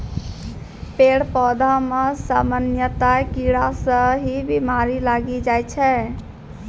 पेड़ पौधा मॅ सामान्यतया कीड़ा स ही बीमारी लागी जाय छै